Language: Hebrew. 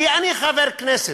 כי אני חבר כנסת.